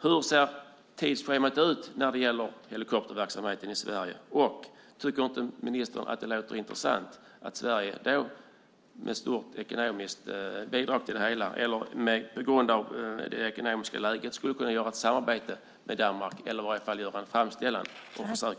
Hur ser tidsschemat ut för helikopterverksamheten i Sverige, och tycker inte ministern att det låter intressant med ett stort svenskt ekonomiskt bidrag till verksamheten eller, med tanke på det ekonomiska läget, med ett samarbete med Danmark? I varje fall kunde man göra en framställan och ett försök.